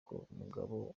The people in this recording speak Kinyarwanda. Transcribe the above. umugabo